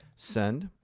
send,